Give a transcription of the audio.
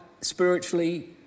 spiritually